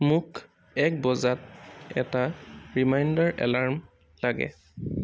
মোক এক বজাত এটা ৰিমাইণ্ডাৰ এলাৰ্ম লাগে